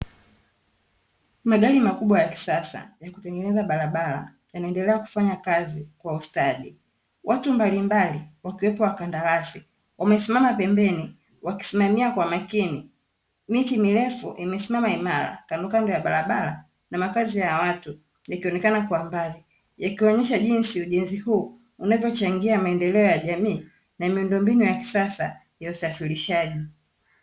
Magari makubwa ya kisasa ya kutengeneza barabara yanaendelea kufanya kazi kwa ustadi. Watu mbalimbali, wakiwepo wakandarasi, wamesimama pembeni, wakisimamia kwa makini. Miti mirefu imesimama imara kandokando ya barabara na makazi ya watu yakionekana kwa mbali, yakionyesha jinsi ujenzi huu unavyochangia maendeleo ya jamii na miundombinu ya kisasa ya usafirishaji.